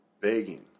begging